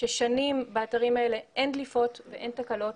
ששנים באתרים האלה אין דליפות ואין תקלות